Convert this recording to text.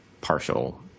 partial